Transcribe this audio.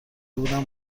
بودم